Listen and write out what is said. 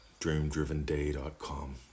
DreamDrivenDay.com